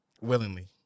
Willingly